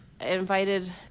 invited